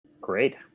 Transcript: Great